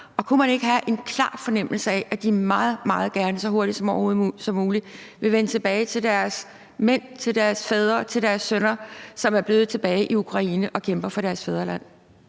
og kunne man ikke have en klar fornemmelse af, at de meget, meget gerne så hurtigt som overhovedet muligt vil vende tilbage til deres mænd, til deres fædre og til deres sønner, som er blevet tilbage i Ukraine og kæmper for deres fædreland?